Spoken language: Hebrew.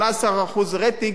18% רייטינג,